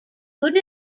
could